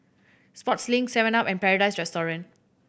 sportslink seven up and Paradise Restaurant